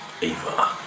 Eva